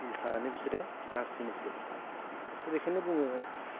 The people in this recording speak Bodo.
उल्थानो बिसोरो नारसिनोसो त' बेनिखायनो बुङो